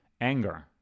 Anger